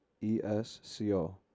E-S-C-O